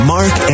Mark